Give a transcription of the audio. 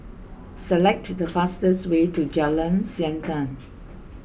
select the fastest way to Jalan Siantan